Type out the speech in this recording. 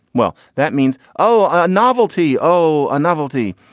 well, that means. oh, novelty. oh, a novelty.